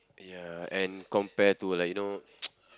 ya and compare to like you know